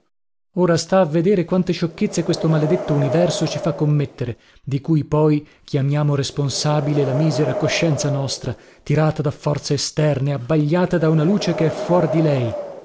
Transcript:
ora sta a vedere quante sciocchezze questo maledetto universo ci fa commettere di cui poi chiamiamo responsabile la misera coscienza nostra tirata da forze esterne abbagliata da una luce che è fuor di lei